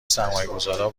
سرمایهگذارها